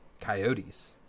Coyotes